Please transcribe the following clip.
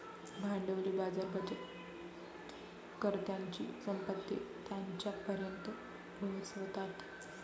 भांडवली बाजार बचतकर्त्यांची संपत्ती त्यांच्यापर्यंत पोहोचवतात